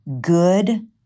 good